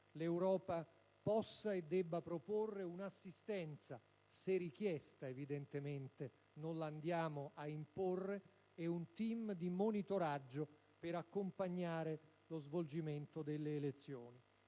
l'Europa possa e debba proporre un'assistenza - se richiesta, evidentemente: non la andremo certamente ad imporre - ed un *team* di monitoraggio per accompagnare lo svolgimento delle elezioni.